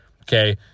Okay